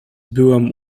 byłam